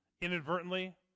Inadvertently